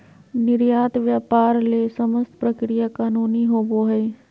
निर्यात व्यापार ले समस्त प्रक्रिया कानूनी होबो हइ